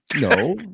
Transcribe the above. No